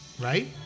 right